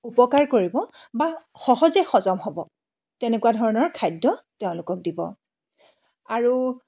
উপকাৰ কৰিব বা সহজে হজম হ'ব তেনেকুৱা ধৰণৰ খাদ্য তেওঁলোকক দিব আৰু